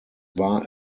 war